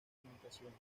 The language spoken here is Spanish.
limitaciones